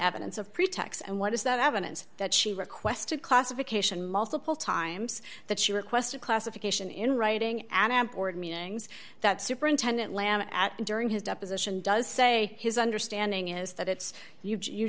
evidence of pretexts and what is that evidence that she requested classification multiple times that she requested classification in writing and am board meetings that superintendent lana at during his deposition does say his understanding is that it's you